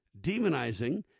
demonizing